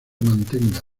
mantenga